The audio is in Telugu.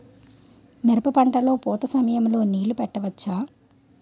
మిరప పంట లొ పూత సమయం లొ నీళ్ళు పెట్టవచ్చా?